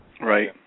Right